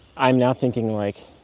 i'm now thinking like